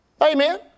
Amen